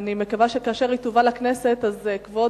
ואני מקווה שכאשר היא תובא לכנסת כבוד